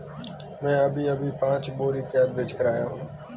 मैं अभी अभी पांच बोरी प्याज बेच कर आया हूं